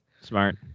smart